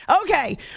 Okay